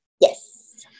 Yes